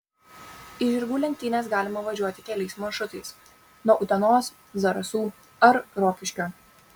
į žirgų lenktynes galima važiuoti keliais maršrutais nuo utenos zarasų ar rokiškio